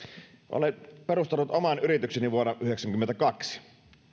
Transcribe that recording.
olen perustanut oman yritykseni vuonna yhdeksänkymmentäkaksi